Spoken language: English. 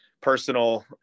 personal